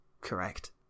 correct